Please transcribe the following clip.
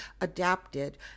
adapted